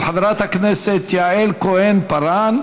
של חברת הכנסת יעל כהן-פארן: